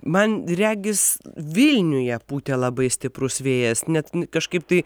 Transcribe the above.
man regis vilniuje pūtė labai stiprus vėjas net kažkaip tai